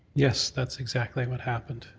yes, that's exactly what happened.